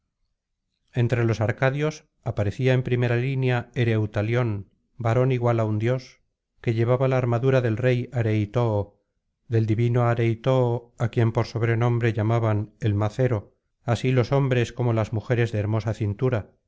entre los arcadios aparecía en primera línea ereu tallón varón igual á un dios que llevaba la armadura del rey areitoo del divino areitoo á quien por sobrenombre llamaban el fnacero así los hombres como las mujeres de hermosa cintura